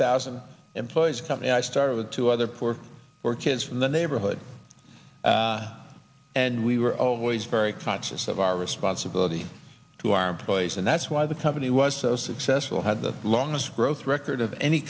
thousand employees come in i started with two other poor or kids from the neighborhood and we were always very conscious of our responsibility to our employees and that's why the company was so successful had the longest growth record of any